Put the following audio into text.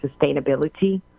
sustainability